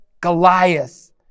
Goliath